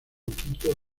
quito